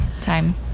time